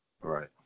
Right